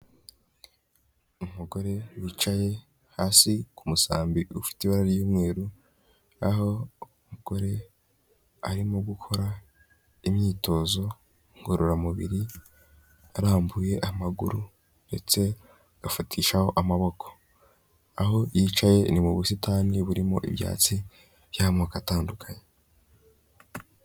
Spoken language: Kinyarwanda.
Umugore wicaye hasi ku musambi ufite ibara ry'umweru aho umugore arimo gukora imyitozo ngororamubiri arambuye amaguru ndetse agafatishaho amaboko, aho yicaye ni mu busitani burimo ibyatsi by'amoko atandukanye.